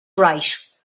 right